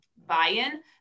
buy-in